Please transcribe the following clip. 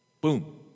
Boom